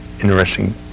Interesting